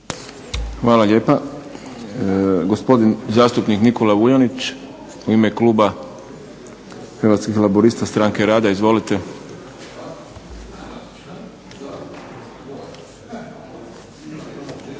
Hvala lijepa. Gospodin zastupnik Nikola Vuljanić u ime Kluba Hrvatskih laburista-Stranke rada. Izvolite.